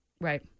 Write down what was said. Right